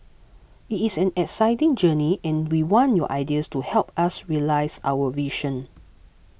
it is an exciting journey and we want your ideas to help us realise our vision